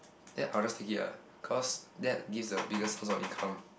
then I will just take it ah cause that gives a biggest source of income